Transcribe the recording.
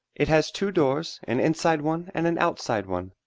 it has two doors, an inside one and an outside one.